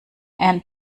end